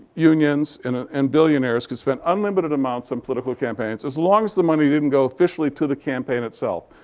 unions, and ah and billionaires can spend unlimited amounts on political campaigns, as long as the money didn't go officially to the campaign itself.